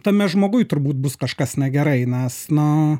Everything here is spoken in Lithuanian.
tame žmoguj turbūt bus kažkas negerai nes nu